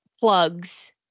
plugs